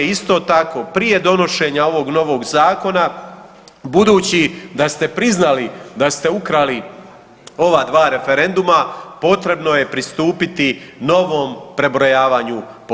Isto tako prije donošenja ovog novog zakona budući da ste priznali da ste ukrali ova dva referenduma potrebno je pristupiti novom prebrojavanju potpisa.